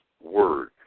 Word